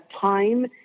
time